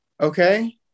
Okay